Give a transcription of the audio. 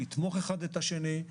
לתמוך אחד את השני,